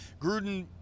Gruden